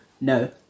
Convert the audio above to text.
no